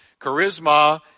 Charisma